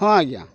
ହଁ ଆଜ୍ଞା